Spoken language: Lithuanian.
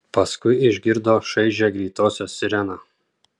paskui išgirdo šaižią greitosios sireną